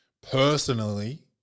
personally